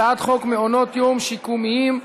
הצעת חוק מעונות יום שיקומיים (תיקון,